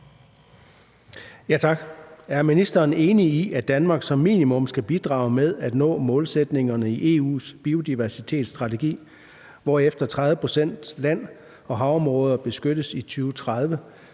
(EL): Er ministeren enig i, at Danmark som minimum skal bidrage med at nå målsætningerne i EU’s Biodiversitetsstrategi, hvorefter 30 pct. land- og havområder beskyttes i 2030,